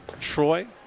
Troy